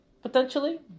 Potentially